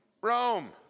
Rome